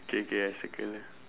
K K I circle ah